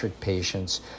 patients